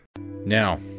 Now